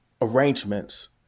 arrangements